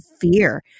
fear